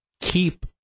keep